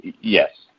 yes